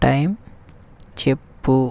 time చెప్పు